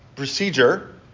procedure